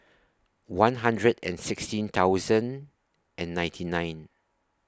one hundred and sixteen thousand and ninety nine